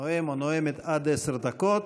נואם או נואמת: עד עשר דקות.